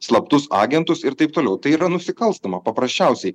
slaptus agentus ir taip toliau tai yra nusikalstama paprasčiausiai